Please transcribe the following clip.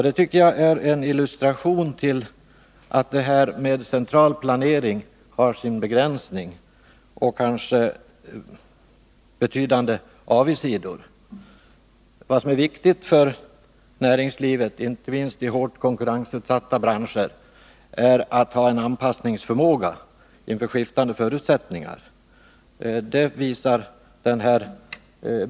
Det tycker jag är en illustration till att central planering har sin begränsning och kanske också betydande avigsidor. Vad som är viktigt för näringslivet, inte minst i hårt konkurrensutsatta branscher, är att ha en anpassningsförmåga inför skiftande förutsättningar.